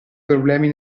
problemi